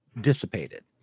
dissipated